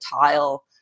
tile